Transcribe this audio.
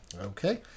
Okay